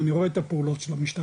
אני רואה את הפעולות של המשטרה.